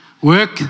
Work